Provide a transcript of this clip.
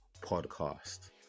podcast